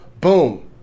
boom